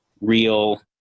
real